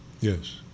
Yes